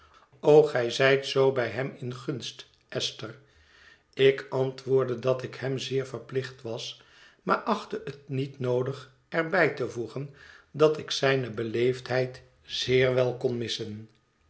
gij zijt zoo bij hem in gunst esther ik antwoordde dat ik hem zeer verplicht was maar achtte het niet noodig er bij te voegen dat ik zijne beleefdheid zeer wel kon missen